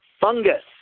fungus